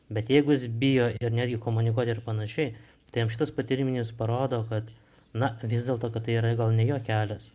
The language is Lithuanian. bet jeigu jis bijo ir netgi komunikuoti ir panašiai tai jam šitas patyriminis parodo kad na vis dėlto kad tai yra gal ne jo kelias